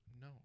No